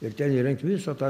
ir ten įrengt visą tą